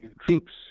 Troops